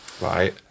right